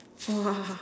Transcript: !wah!